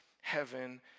heaven